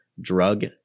drug